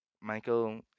Michael